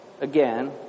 again